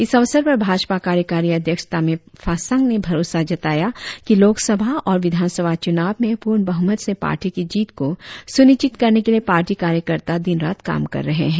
इस अवसर पर भाजपा कार्यकारी उपाध्यक्ष तामे फास्सांग ने भरोसा जताया की लोक सभा और विधान सभा चुनाव में पूर्ण बहुमत से पार्टी की जीत को सुनिश्चित करने के लिए पार्टी कार्यकर्ता दिन रात काम कर रहे है